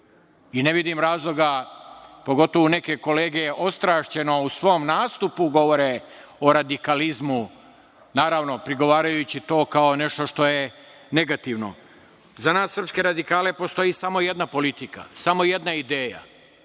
Ne vidim razloga, pogotovo neke kolege, ostrašćeno u svom nastupu govore o radikalizmu, naravno prigovarajući to kao nešto što je negativno.Za nas srpske radikale postoji samo jedna politika, samo jedna ideja.